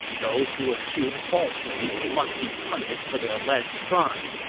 those who accuse falsely must be punished for the alleged crime.